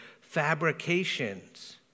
fabrications